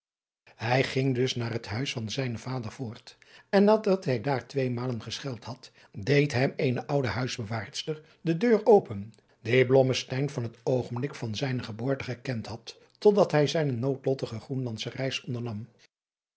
hij ging dus naar het huis van zijnen vader voort en nadat hij daar twee malen gescheld had deed hem eene oude huisbewaarster de deur open die blommesteyn van het oogenblik van zijne geboorte gekend had tot dat hij zijne noodlottige groenlandsche reis ondernam